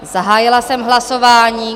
Zahájila jsem hlasování.